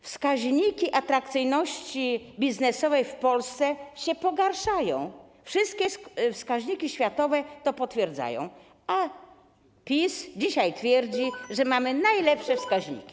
Wskaźniki atrakcyjności biznesowej w Polsce się pogarszają, wszystkie wskaźniki światowe to potwierdzają, a PiS dzisiaj twierdzi, że mamy najlepsze wskaźniki.